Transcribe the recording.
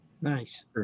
Nice